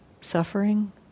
suffering